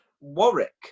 Warwick